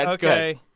ok.